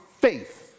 faith